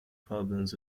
problems